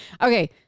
okay